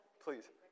please